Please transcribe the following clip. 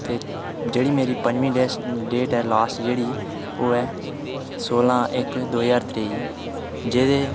ते जेह्ड़ी मेरी पंजमी डेट ऐ लास्ट जेह्ड़ी ओह् ऐ सोलां इक दो ज्हार त्रेई